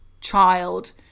child